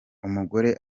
umugore